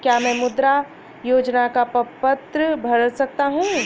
क्या मैं मुद्रा योजना का प्रपत्र भर सकता हूँ?